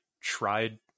tried